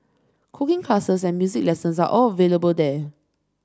cooking classes and music lessons are all available there